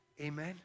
Amen